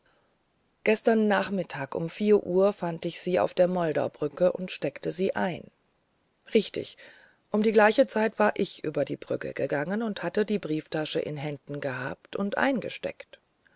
gestern nachmittag um vier uhr fand ich sie auf der moldaubrücke und steckte sie ein richtig um die gleiche zeit war ich über die brücke gegangen hatte die brieftasche in händen gehabt und eingesteckt